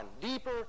deeper